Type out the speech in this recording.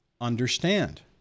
understand